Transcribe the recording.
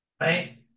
right